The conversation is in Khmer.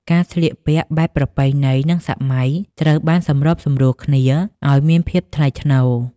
ការស្លៀកពាក់បែបប្រពៃណី និងសម័យត្រូវបានសម្របសម្រួលគ្នាឱ្យមានភាពថ្លៃថ្នូរ។